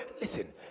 listen